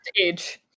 age